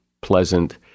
pleasant